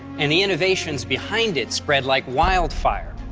and the innovations behind it spread like wildfire.